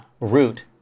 root